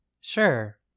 Sure